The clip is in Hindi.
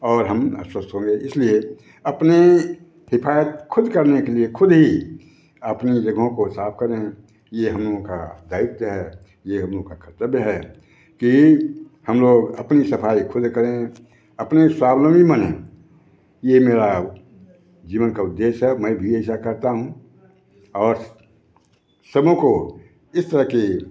और हम अस्वस्थ होंगे इसलिए अपने हिफाजत खुद करने के लिए खुद ही अपनी जगहों को साफ करें ये हम लोगों का दायित्व है ये हम लोगों का कर्तव्य है कि हम लोग अपनी सफाई खुद करें अपने स्वावलंबी बनें ये मेरा जीवन का उद्देश्य है और मैं भी ऐसा करता हूँ और सभी को इस तरह के